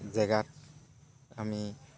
জেগাত আমি